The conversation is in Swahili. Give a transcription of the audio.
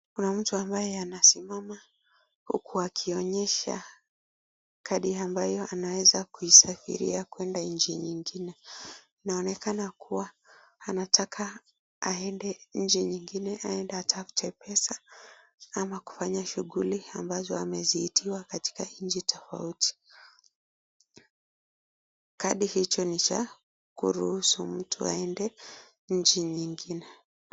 Kuna mtu ambaye anasimama huku akionyesha kadi amabyo anaewza kuitumia katika kusafiri nchi zingine, inaonekana kuwa anataka aende nchi nyingine aende atafute pesa ama kufanya shughuli ambazo amezimeitiwa katika nchi tofauti, kadi hicho ni cha kuruhusu mtu aende nchi nyingine.